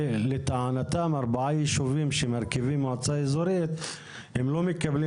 ולטענתם ארבעה יישובים שמרכיבים מועצה אזורית לא מקבלים